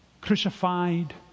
crucified